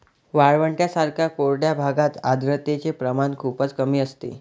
वाळवंटांसारख्या कोरड्या भागात आर्द्रतेचे प्रमाण खूपच कमी असते